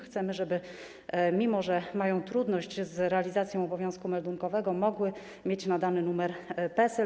Chcemy, żeby, mimo że mają one trudność z realizacją obowiązku meldunkowego, mogły mieć nadany numer PESEL.